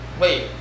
Wait